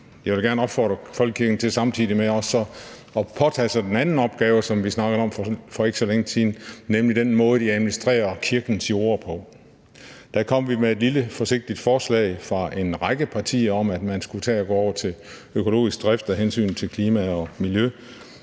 samtidig gerne opfordre Folketinget til så også at påtage sig den anden opgave, som vi snakkede om for ikke så længe siden, nemlig i forhold til den måde, de administrerer kirkens jorder på. Da kom vi fra en række partier med et lille, forsigtigt forslag om, at man skulle tage at gå over til økologisk drift af hensyn til klima og miljø,